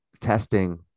testing